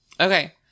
Okay